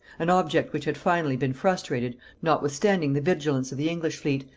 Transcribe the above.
an object which had finally been frustrated, notwithstanding the vigilance of the english fleet,